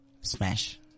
Smash